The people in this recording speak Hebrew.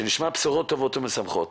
שנשמע בשורות טובות ומשמחות.